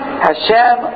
Hashem